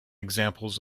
examples